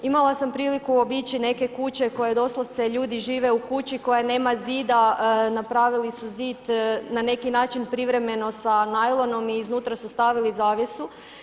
Imala sam priliku obići neke kuće koje doslovce ljudi žive u kući koja nema zida, napravili su zid na neki način privremeno sa najlonom i iznutra su stavili zavjesu.